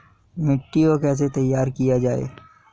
मिट्टी को कैसे तैयार किया जाता है?